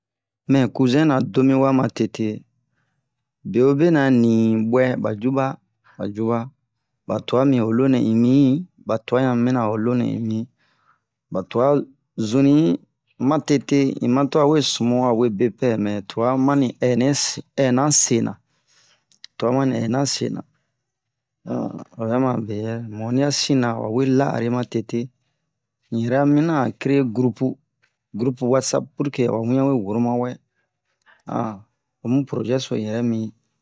mɛ cousin na domiwa matete bewobenɛ ani ni ɓuwɛ ba juba ba juba ba tuwa mi ho lonɛ un'mi ba tuwa ɲan mina ho lonɛ un'mi ba tua zuni matete un'ma tuwa we sumu a we bepɛ mɛ tua mani ɛne ɛnan sena tuwa mani ɛnan sena um obɛ ma beyɛ mu onni ya sina awawe la'ari matete un yɛrɛ ya mina a créer groupe watsapp purke awa wian we woro mawɛ omu projet so un yɛrɛ mi